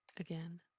again